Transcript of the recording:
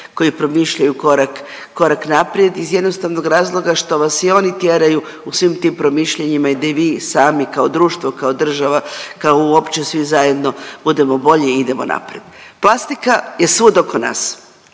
koji promišljaju korak, korak naprijed iz jednostavnog razloga što vas i oni tjeraju u svim tim promišljanjima i gdje vi sami kao društvo, kao država, kao uopće svi zajedno budemo bolji i idemo naprijed. Plastika je svud oko nas,